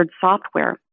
software